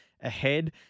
ahead